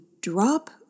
drop